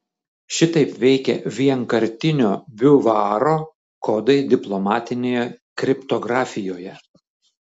šitaip veikia vienkartinio biuvaro kodai diplomatinėje kriptografijoje